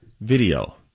video